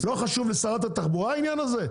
לא חשוב לשרת התחבורה העניין הזה?